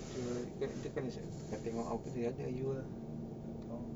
jewel kita kena tengok tempat apa yang ada jewel